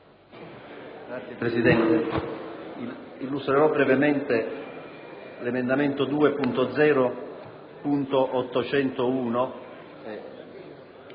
Signor Presidente, illustrerò brevemente l'emendamento 2.0.801;